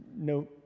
No